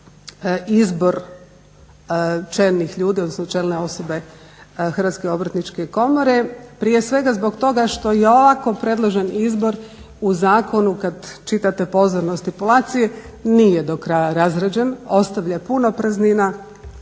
izbor čelnih ljudi, odnosno čelne osobe HOK-a prije svega zbog toga što je ovako predložen izbor u zakonu kad čitate pozorno stipulacije nije do kraja razrađen, ostavlja puno praznina,